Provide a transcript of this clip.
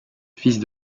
fils